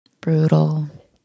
brutal